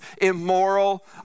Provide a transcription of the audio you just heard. immoral